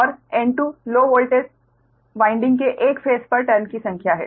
और N2 low voltage winding के एक फेस पर टर्न की संख्या है